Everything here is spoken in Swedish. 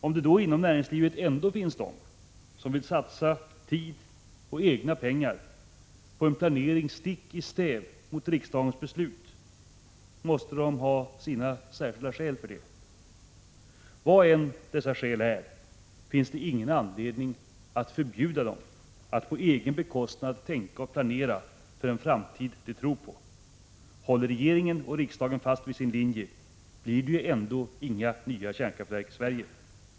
Om det då inom näringslivet ändå finns de som vill satsa tid och egna pengar på en planering stick i stäv mot riksdagens beslut måste de ha sina särskilda skäl för detta. Vilka dessa skäl än är finns det ingen anledning att förbjuda dem att på egen bekostnad tänka och planera för en framtid som de tror på. Håller regeringen och riksdagen fast vid sin linje blir det ändå inga nya kärnkraftverk i Sverige.